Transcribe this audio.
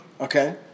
Okay